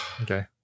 Okay